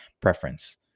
preference